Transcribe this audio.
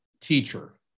teacher